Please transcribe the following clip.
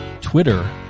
Twitter